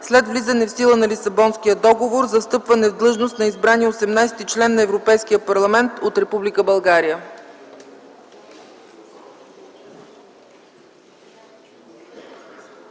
след влизане в сила на Лисабонския договор, за встъпване в длъжност на избрания 18-и член на Европейския парламент от Република България.